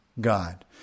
God